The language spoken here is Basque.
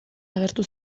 agertu